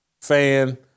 fan